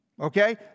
okay